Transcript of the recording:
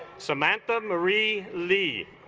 samantha marie lee